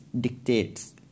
dictates